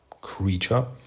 creature